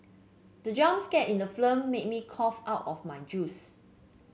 the jump scare in the film made me cough out my juice